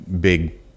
big